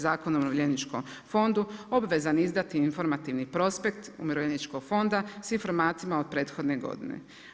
Zakona o umirovljeničkom fondu obvezan izdati informativni prospekt Umirovljeničkog fonda s informacijama od prethodne godine.